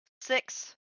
six